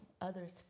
others